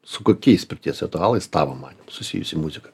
su kokiais pirties ritualais tavo manymu susijusi muzika